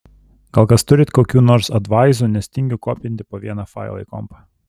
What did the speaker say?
gal kas turit kokių nors advaizų nes tingiu kopinti po vieną failą į kompą